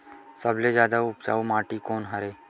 सबले जादा उपजाऊ माटी कोन हरे?